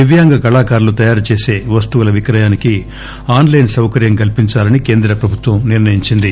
దివ్యాంగ కళాకారులు తయారు చేసే వస్తువుల విక్రయానికి ఆన్ లైన్ సౌకర్యం కల్పించాలని కేంద్ర ప్రభుత్వం నిర్ణయించింది